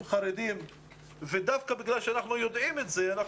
חרדים ודווקא בגלל שאנחנו יודעים את זה,